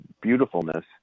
beautifulness